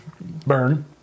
burn